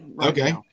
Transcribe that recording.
okay